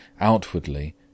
Outwardly